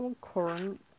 current